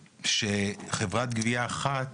שחברת גבייה אחת